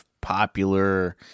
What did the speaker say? popular